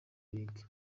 bige